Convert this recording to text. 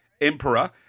Emperor